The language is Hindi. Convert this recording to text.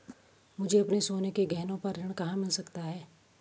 मुझे अपने सोने के गहनों पर ऋण कहाँ मिल सकता है?